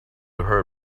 heard